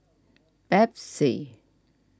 Pepsi